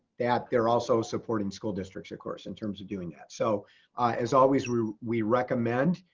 that they're also supporting school districts, of course, in terms of doing that. so as always we we recommend